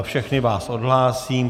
Všechny vás odhlásím.